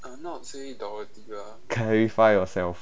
clarify yourself